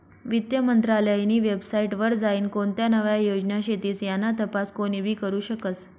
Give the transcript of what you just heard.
वित्त मंत्रालयनी वेबसाईट वर जाईन कोणत्या नव्या योजना शेतीस याना तपास कोनीबी करु शकस